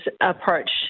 approach